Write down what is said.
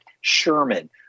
Sherman